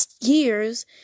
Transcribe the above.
years